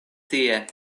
tie